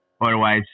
Otherwise